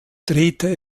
drehte